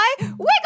Wiggle